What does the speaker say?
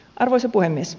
arvoisa puhemies